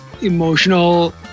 emotional